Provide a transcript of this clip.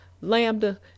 Lambda